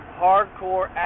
hardcore